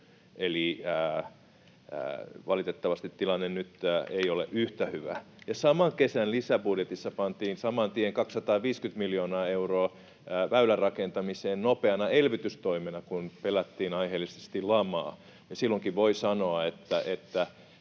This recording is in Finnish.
eli valitettavasti tilanne nyt ei ole yhtä hyvä, ja saman kesän lisäbudjetissa pantiin saman tien 250 miljoonaa euroa väylärakentamiseen nopeana elvytystoimena, kun pelättiin aiheellisesti lamaa. Silloinkin, voi sanoa,